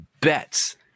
bets